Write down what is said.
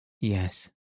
Yes